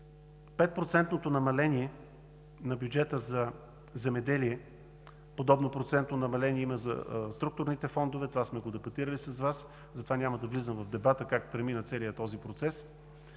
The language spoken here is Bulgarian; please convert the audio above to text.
намаление на бюджета за земеделие, подобно процентно намаление има за структурните фондове – това сме го дебатирали с Вас, затова няма да влизам в дебата как премина целият този процес,